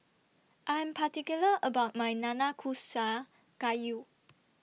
I'm particular about My Nanakusa Gayu